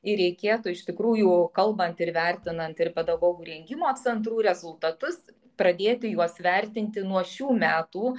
ir reikėtų iš tikrųjų kalbant ir vertinant ir pedagogų rengimo centrų rezultatus pradėti juos vertinti nuo šių metų